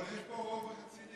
אבל יש פה רוב רציני,